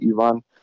Ivan